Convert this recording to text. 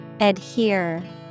Adhere